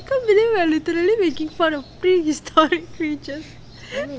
can't believe we are literally making fun of prehistoric creatures